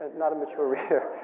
not a mature reader.